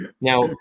Now